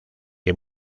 que